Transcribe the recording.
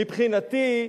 מבחינתי,